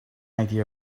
idea